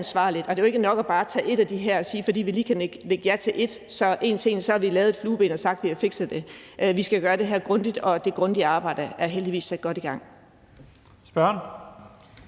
ansvarligt. Og det er jo ikke nok bare tage et af de her elementer og sige, at fordi vi lige kan nikke ja til én ting, har vi sat et flueben og sagt, at vi har fikset det. Vi skal gøre det her grundigt, og det grundige arbejde er heldigvis sat godt i gang. Kl.